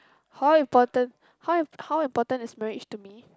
how important how im~ how important is marriage to me